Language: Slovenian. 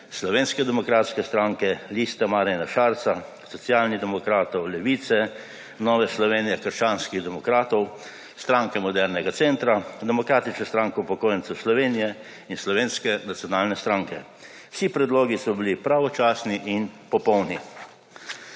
Slovenske demokratske stranke, Liste Marjana Šarca, Socialnih demokratov, Levice, Nove Slovenije – krščanskih demokratov, Stranke modernega centra, Demokratične stranke upokojencev Slovenije in Slovenske nacionalne stranke. Vsi predlogi so bili pravočasni in popolni.